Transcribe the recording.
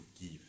give